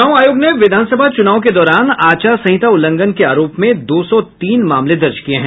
चुनाव आयोग ने विधानसभा चुनाव के दौरान आचार संहिता उल्लंघन करने के आरोप में दो सौ तीने मामले दर्ज किये हैं